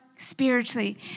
Spiritually